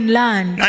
land